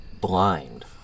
blind